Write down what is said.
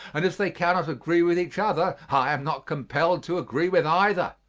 and as they cannot agree with each other, i am not compelled to agree with either.